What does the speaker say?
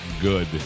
good